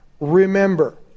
remember